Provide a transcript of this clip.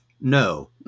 No